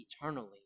eternally